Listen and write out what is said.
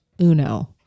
uno